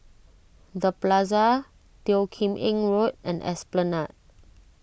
the Plaza Teo Kim Eng Road and Esplanade